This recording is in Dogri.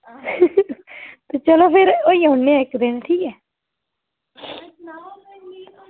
ते चलो फिर होई औने आं इक्क दिन ठीक ऐ